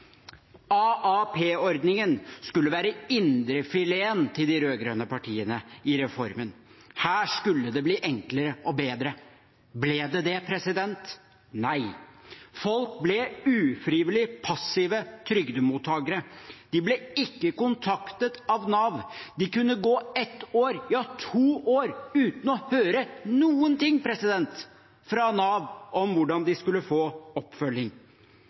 skulle være indrefileten til de rød-grønne partiene i reformen. Her skulle det bli enklere og bedre. Ble det det? Nei. Folk ble ufrivillig passive trygdemottakere. De ble ikke kontaktet av Nav. De kunne gå ett år – ja, to år uten å høre noen ting fra Nav om hvordan de skulle få oppfølging.